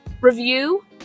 Review